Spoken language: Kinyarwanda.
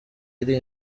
iri